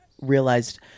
realized